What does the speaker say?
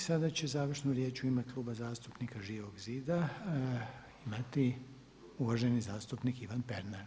I sada će završnu riječ u ime Kluba zastupnika Živog zida imati uvaženi zastupnik Ivan Pernar.